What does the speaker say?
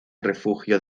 refugio